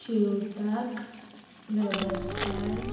शेवटाक वेवसाय